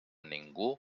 ningú